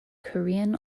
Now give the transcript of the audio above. korean